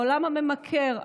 העולם הממכר,